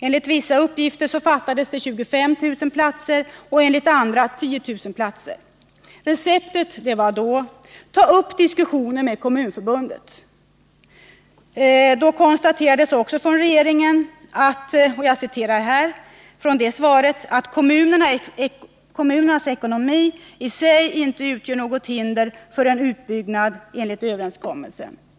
Enligt vissa uppgifter fattades det 25 000 platser, enligt andra 10 000 platser. Receptet var då: Ta upp diskussioner med Kommunförbundet. Från regeringens sida konstaterade man då att kommunernas ekonomi i sig inte utgjorde något hinder för en utbyggnad enligt överenskommelsen.